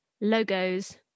logos